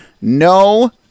no